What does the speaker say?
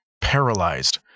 paralyzed